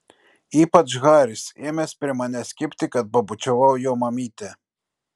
ypač haris ėmęs prie manęs kibti kad pabučiavau jo mamytę